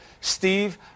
Steve